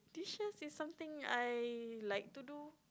dishes is something I like to do